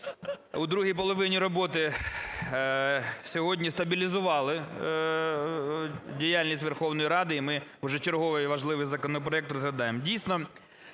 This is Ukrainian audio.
у другій половині роботи сьогодні стабілізували діяльність Верховної Ради. І ми вже черговий важливий законопроект розглядаємо. Дійсно,